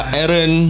Aaron